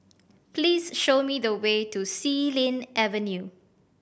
please show me the way to Xilin Avenue